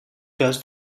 does